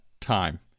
time